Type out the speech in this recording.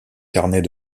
carnets